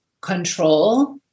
control